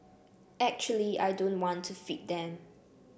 actually I don't want to feed them